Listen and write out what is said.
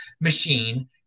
machine